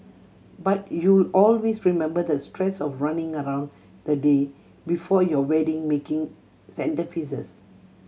but you'll always remember the stress of running around the day before your wedding making centrepieces